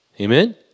Amen